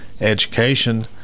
education